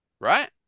right